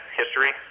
history